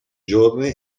giorni